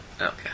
Okay